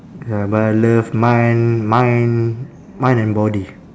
ya but I love mind mind mind and body